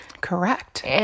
Correct